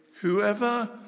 whoever